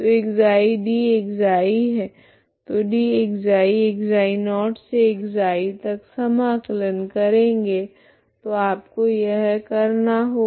तो ξ d ξ है तो d ξ ξ0 से ξ तक समाकलन करेगे तो आपको यह करना होगा